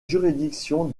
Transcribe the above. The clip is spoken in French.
juridiction